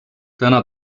täna